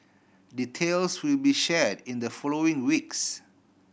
details will be shared in the following weeks